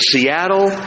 Seattle